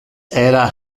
era